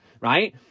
right